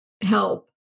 help